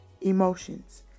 emotions